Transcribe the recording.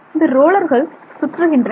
இந்த ரோலர்கள் சுற்றுகின்றன